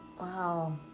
Wow